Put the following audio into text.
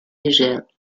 légères